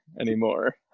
anymore